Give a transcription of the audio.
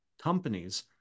companies